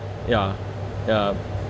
ya ya